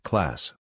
Class